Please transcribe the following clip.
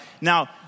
Now